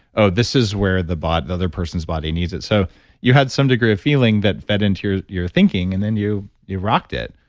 oh, this is where the other person's body needs it. so you had some degree of feeling that fed into your your thinking and then you you rocked it.